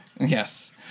Yes